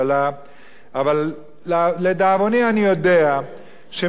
אבל לדאבוני אני יודע שמי שקובע,